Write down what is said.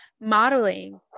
modeling